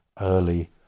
early